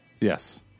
Yes